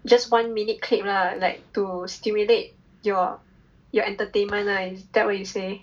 just one minute clip lah like to stimulate your your entertainment lah is that what you say